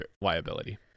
liability